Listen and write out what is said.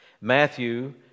Matthew